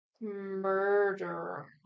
murder